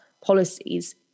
policies